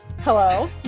Hello